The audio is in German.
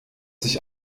sich